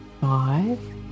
five